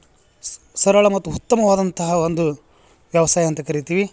ಸ ಸರಳ ಮತ್ತು ಉತ್ತಮವಾದಂತಹ ಒಂದು ವ್ಯವಸಾಯ ಅಂತ ಕರಿತೀವಿ